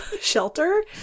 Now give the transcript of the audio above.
shelter